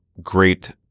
great